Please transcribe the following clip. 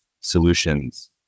solutions